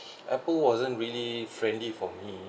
apple wasn't really friendly for me